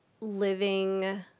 living